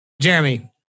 Jeremy